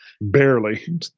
barely